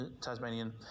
Tasmanian